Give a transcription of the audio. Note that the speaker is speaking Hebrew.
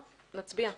נצביע.